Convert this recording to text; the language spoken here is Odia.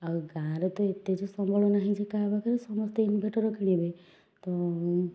ଆଉ ଗାଁରେ ତ ଏତେ ଯେ ସମ୍ବଳ ନାହିଁ ଯେ କାହା ପାଖରେ ସମସ୍ତେ ଇନଭଟର୍ କିଣିବେ ତ